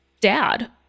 dad